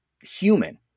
human